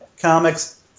comics